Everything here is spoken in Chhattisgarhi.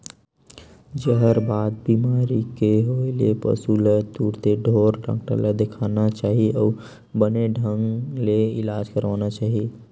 जहरबाद बेमारी के होय ले पसु ल तुरते ढ़ोर डॉक्टर ल देखाना चाही अउ बने ढंग ले इलाज करवाना चाही